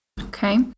Okay